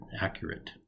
Accurate